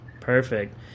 perfect